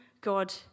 God